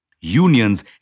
Unions